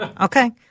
Okay